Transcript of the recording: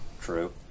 True